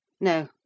No